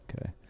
okay